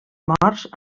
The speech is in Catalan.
morts